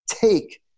take